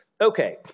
Okay